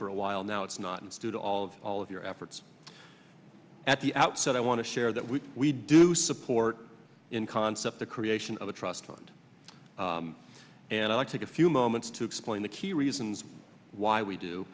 for a while now it's not and stood all of all of your efforts at the outset i want to share that we do support in concept the creation of a trust fund and i took a few moments to explain the key reasons why we do